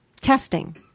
testing